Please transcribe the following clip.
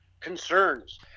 concerns